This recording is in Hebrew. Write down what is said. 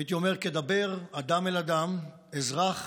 הייתי אומר כדבר אדם אל אדם, אזרח